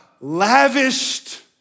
lavished